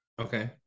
okay